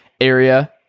area